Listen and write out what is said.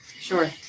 Sure